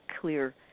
clear